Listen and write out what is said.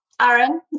Aaron